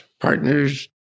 partners